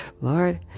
lord